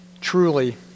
truly